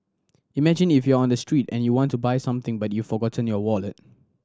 imagine if you're on the street and you want to buy something but you've forgotten your wallet